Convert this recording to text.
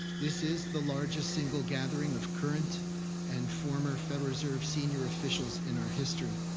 this is the largest single gathering of current and former federal reserve senior officials in our history.